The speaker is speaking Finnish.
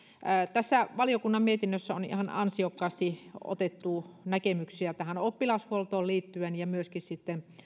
tässä valiokunnan mietinnössä on ihan ansiokkaasti otettu näkemyksiä tähän oppilashuoltoon liittyen ja myöskin